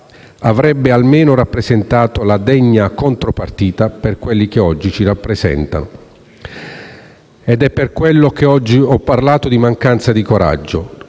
avrebbero almeno rappresentato la degna contropartita per quel che oggi ci venite a presentare. Ed è per quello che ho parlato di mancanza di coraggio,